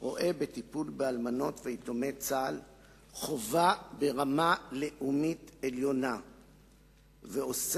רואה בטיפול באלמנות ויתומי צה"ל חובה ברמה לאומית עליונה ועושה